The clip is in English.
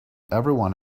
everyone